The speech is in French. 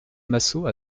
massot